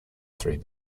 three